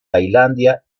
tailandia